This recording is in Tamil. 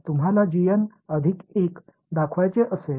இல்லை அது வலப்புறமாக இருக்கும்